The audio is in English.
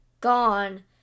gone